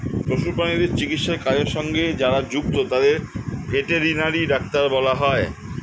পশু প্রাণীদের চিকিৎসার কাজের সঙ্গে যারা যুক্ত তাদের ভেটেরিনারি ডাক্তার বলা হয়